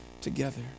together